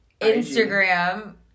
Instagram